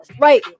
Right